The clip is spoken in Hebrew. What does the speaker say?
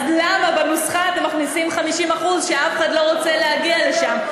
אז למה בנוסחה אתם מכניסים 50% כשאף אחד לא רוצה להגיע לשם?